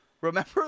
Remember